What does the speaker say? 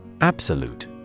Absolute